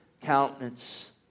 countenance